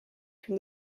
from